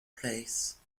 place